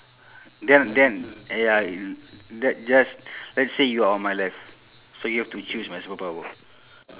then then ya l~ let's just let's say you are on my left so you have to choose my superpower